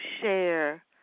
share